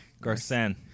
Garcin